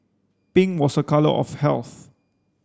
pink was a colour of health